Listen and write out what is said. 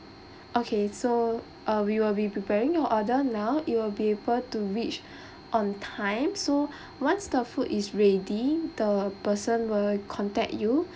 okay so uh we will be preparing your order now it'll be able to reach on time so once the food is ready the person will contact you